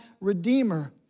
redeemer